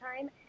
time